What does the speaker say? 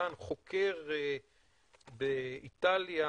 חוקר באיטליה